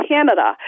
Canada